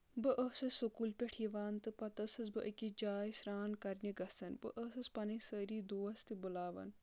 بہٕ ٲسٕس سکوٗل پؠٹھ یِوان تہٕ پَتہٕ ٲسٕس بہٕ أکِس جاے سرٛان کَرنہِ گژھان بہٕ ٲسٕس پَنٕنۍ سٲری دوس تہِ بُلاوان